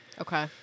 Okay